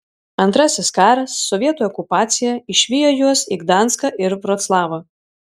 antrasis karas sovietų okupacija išvijo juos į gdanską ir vroclavą